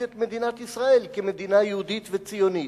את מדינת ישראל כמדינה יהודית וציונית.